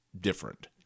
different